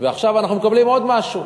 ועכשיו אנחנו מקבלים עוד משהו.